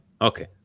Okay